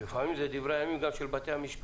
ולפעמים זה גם דברי הימים של בתי-המשפט.